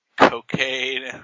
Cocaine